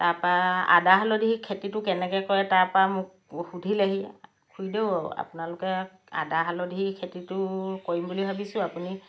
তাৰ পৰা আদা হালধি খেতিটো কেনেকৈ কৰে তাৰ পৰা মোক সুধিলেহি খুৰীদেউ আপোনালোকে আহা হালধিৰ খেতিটো কৰিম বুলি ভাবিছোঁ আপুনি